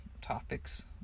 topics